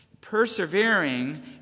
persevering